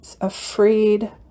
afraid